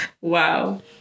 Wow